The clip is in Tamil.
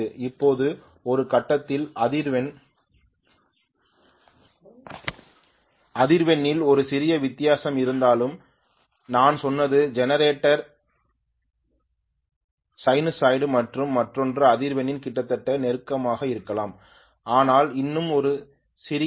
இப்போது ஒரு கட்டத்தில் அதிர்வெண்ணில் ஒரு சிறிய வித்தியாசம் இருந்தாலும் நான் சொன்னதுஜெனரேட்டர் சைனசாய்டு மற்றும் மற்றொன்று அதிர்வெண்ணில் கிட்டத்தட்ட நெருக்கமாக இருக்கலாம் ஆனால் இன்னும் ஒரு சிறிய மாறுபாடு இருக்கலாம்